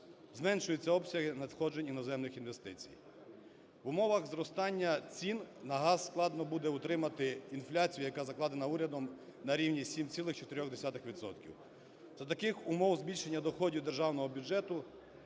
зменшуються обсяги надходжень іноземних інвестицій. В умовах зростання цін на газ складно буде утримати інфляцію, яка закладена урядом на рівні 7,4 відсотків. За таких умов збільшення доходів Державного бюджету